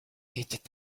était